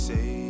Say